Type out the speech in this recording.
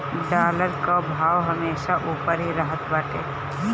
dollar कअ भाव हमेशा उपर ही रहत बाटे